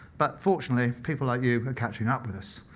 but fortunately, people like you are catching up with us.